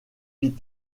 pilon